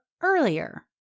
earlier